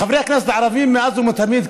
חברי הכנסת הערבים מאז ומתמיד,